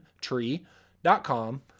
tree.com